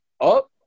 up